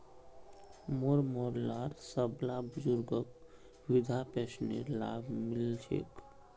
मोर मोहल्लार सबला बुजुर्गक वृद्धा पेंशनेर लाभ मि ल छेक